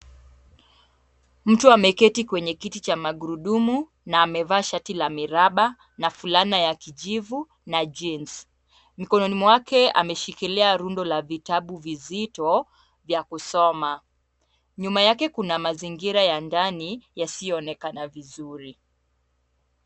Mtu ameketi kwenye kiti cha magurudumu na amevaa shati la miraba na fulana ya kijivu na jeans Mikononi mwake ameshikilia rundo la vitabu vizito vya kusoma. Nyuma yake kuna mazingira ya ndani yasiyoonekana vizuri.